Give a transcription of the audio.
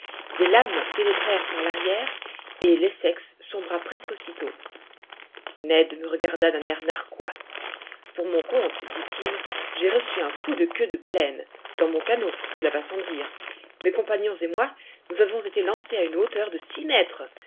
des lames pénétrèrent par l'arrière et l'essex sombra presque aussitôt ned me regarda d'un air narquois pour mon compte dit-il j'ai reçu un coup de queue de baleine dans mon canot cela va sans dire mes compagnons et moi nous avons été lancés à une hauteur de six mètres